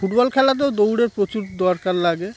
football খেলাতেও দৌড়ের প্রচুর দরকার লাগে